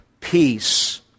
peace